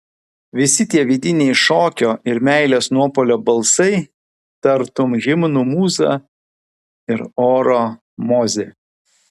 visi tie vidiniai šokio ir meilės nuopuolio balsai tartum himnų mūza ir oro mozė